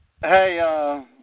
Hey